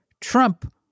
Trump